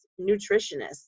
nutritionists